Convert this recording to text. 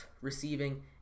receiving